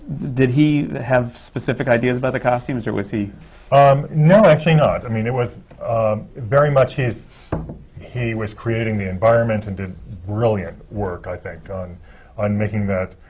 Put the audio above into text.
did he have specific ideas about the costumes or was he um no, actually not. i mean it was very much he was creating the environment and did brilliant work i think on on making that